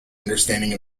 understanding